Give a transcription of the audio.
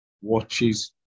watches